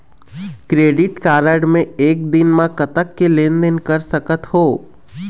Credit card मे एक दिन म कतक के लेन देन कर सकत हो?